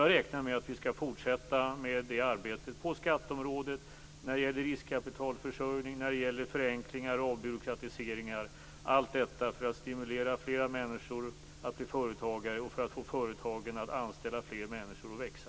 Jag räknar med att vi skall fortsätta det arbetet på skatteområdet, när det gäller riskkapitalförsörjning och när det gäller förenklingar och avbyråkratiseringar, allt detta för att stimulera fler människor att bli företagare och för att få företagen att anställa fler människor och växa.